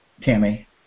Tammy